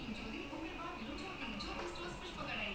legit lah I think all the chelsea find the raging lah